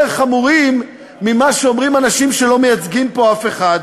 חמורים ממה שאומרים שאנשים שלא מייצגים פה אף אחד.